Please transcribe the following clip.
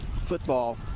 football